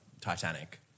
Titanic